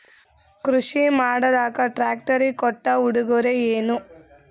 ಕೃಷಿ ಮಾಡಲಾಕ ಟ್ರಾಕ್ಟರಿ ಕೊಟ್ಟ ಉಡುಗೊರೆಯೇನ?